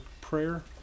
prayer